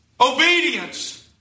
Obedience